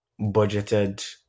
budgeted